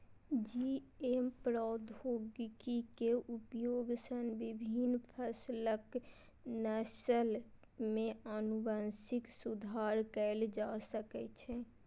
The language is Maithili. जी.एम प्रौद्योगिकी के उपयोग सं विभिन्न फसलक नस्ल मे आनुवंशिक सुधार कैल जा सकै छै